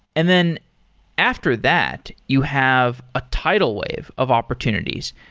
and then after that, you have a tidal wave of opportunities,